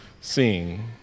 seeing